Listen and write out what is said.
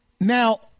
now